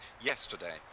yesterday